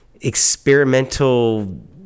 experimental